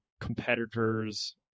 competitors